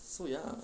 so young